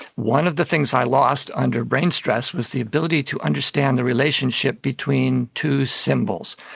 one of the things i lost under brain stress was the ability to understand the relationship between two symbols.